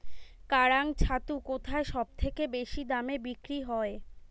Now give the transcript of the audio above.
কাড়াং ছাতু কোথায় সবথেকে বেশি দামে বিক্রি হয়?